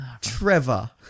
Trevor